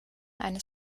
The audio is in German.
eines